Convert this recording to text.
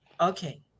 okay